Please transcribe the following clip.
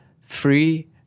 free